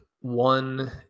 one